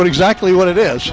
what exactly what it is